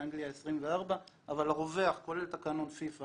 אנגליה 24. אבל הרווח, כולל תקנון פיפ"א